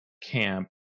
camp